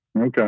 Okay